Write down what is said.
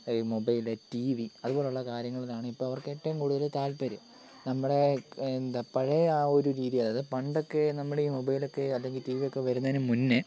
ഈ mobile T V അതുപോലുള്ള കാര്യങ്ങളിലാണ് ഇപ്പോൾ അവർക്ക് ഏറ്റവും കൂടുതൽ താല്പര്യം നമ്മുടെ എന്താ പഴയ ആ ഒരു രീതി അതായത് പണ്ടൊക്കെ നമ്മുടെ ഈ മൊബൈലൊക്കെ അല്ലെങ്കിൽ ടിവിയൊക്കെ വരുന്നതിന് മുന്നേ